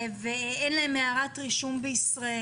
ואין להם הערת רישום בישראל.